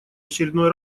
очередной